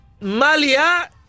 malia